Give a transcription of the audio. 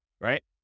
Right